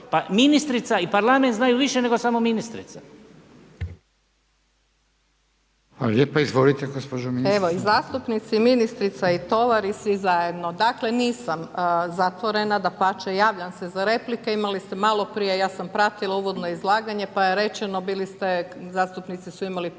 Hvala lijepa. Izvolite gospođo ministrice. **Murganić, Nada (HDZ)** Evo zastupnici, ministrica i tovar i svi zajedno. Dakle, nisam zatvorena dapače javljam se za replike imali ste maloprije, ja sam pratila uvodno izlaganje pa je rečeno, bili ste, zastupnici su imali primjedbe